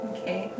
Okay